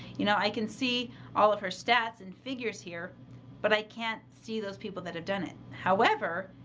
you know, i can see all of her stats and figures here but i can't see those people that have done it. however,